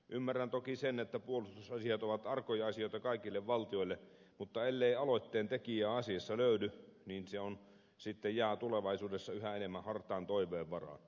ymmärrän toki sen että puolustusasiat ovat arkoja asioita kaikille valtioille mutta ellei aloitteentekijää asiassa löydy niin se sitten jää tulevaisuudessa yhä enemmän hartaan toiveen varaan